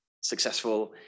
successful